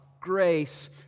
grace